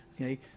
okay